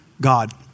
God